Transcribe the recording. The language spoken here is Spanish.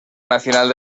nacional